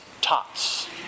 Tots